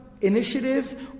initiative